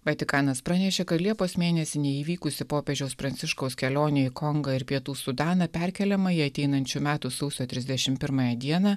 vatikanas pranešė kad liepos mėnesį neįvykusi popiežiaus pranciškaus kelionė į kongą ir pietų sudaną perkeliama į ateinančių metų sausio trisdešim pirmąją dieną